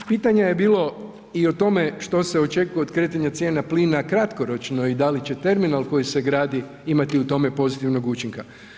Pitanje je bilo i o tome što se očekuje od kretanja cijena plina kratkoročno i da li će terminal koji se gradi imati u tome pozitivnog učinka?